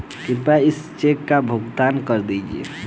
कृपया इस चेक का भुगतान कर दीजिए